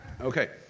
Okay